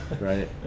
right